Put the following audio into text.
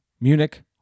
Munich